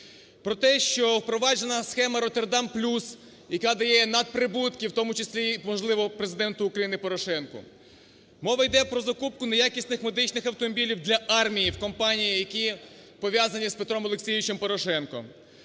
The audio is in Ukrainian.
про те, що впроваджена схема "Роттердам плюс", яка дає надприбутки, в тому числі, можливо, Президенту України Порошенку. Мова йде про закупку неякісних медичних автомобілів для армії в компанії, які пов'язані з Петром Олексійовичем Порошенком.